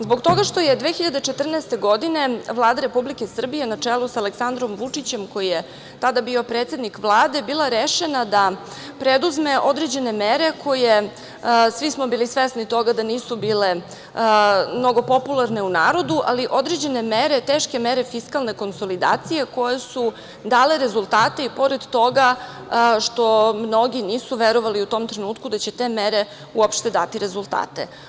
Zbog toga što je 2014. godine Vlada Republike Srbije na čelu sa Aleksandrom Vučićem, koji je tada bio predsednik Vlade, bila rešena da preduzme određene mere koje, svi smo bili svesni toga, nisu bile mnogo popularne u narodu, ali određene mere, teške mere fiskalne konsolidacije koje su dale rezultate i pored toga što mnogi nisu verovali u tom trenutku da će te mere uopšte dati rezultate.